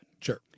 Sure